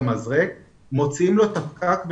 מוציאים לו את הפקק,